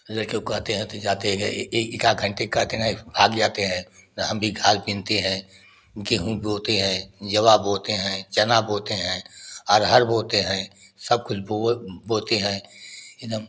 लड़के को कहते हैं तो जाते है एक आध घंटे कहते नहीं भाग जाते हैं हम भी खाद बीनते हैं गेहूं बोते हैं जवा बोते हैं चना बोते हैं अरहर बोते हैं सब कुछ बोते हैं एकदम